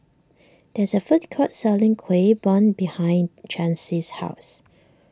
there is a food court selling Kueh Bom behind Chancey's house